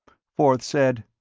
forth said,